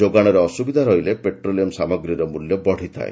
ଯୋଗାଣରେ ଅସୁବିଧା ରହିଲେ ପେଟ୍ରୋଲିୟମ୍ ସାମଗ୍ରୀର ମୂଲ୍ୟ ବଢ଼ିଥାଏ